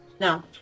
No